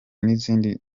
n’izindi